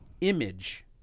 image